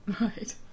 Right